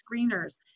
screeners